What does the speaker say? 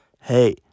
Hey